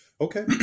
Okay